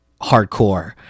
hardcore